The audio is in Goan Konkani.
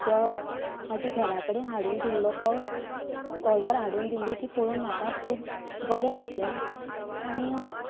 जो म्हाजी घरा कडेन हाडून ऑर्डर दिल्लो तो ऑर्डर हाडून दिल्ली ती पळोवन म्हाका खूब बरें दिसले आनी